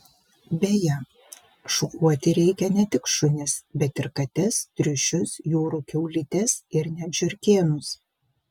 beje šukuoti reikia ne tik šunis bet ir kates triušius jūrų kiaulytes ir net žiurkėnus